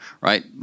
right